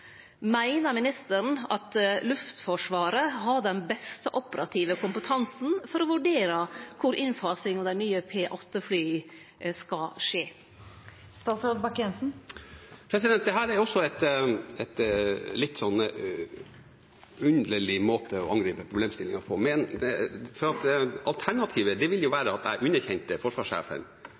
Meiner statsråden at Luftforsvaret har den beste operative kompetansen til å vurdere kvar innfasinga av dei nye P8-flya skal skje? Dette er også en litt underlig måte å angripe problemstillingen på, for alternativet ville vært at jeg underkjente forsvarssjefen offentlig, og det kommer jeg ikke til å gjøre. Jeg